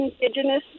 indigenous